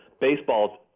baseball